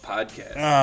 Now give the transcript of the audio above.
Podcast